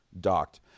docked